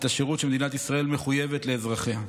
השירות שמדינת ישראל מחויבת בו לאזרחיה.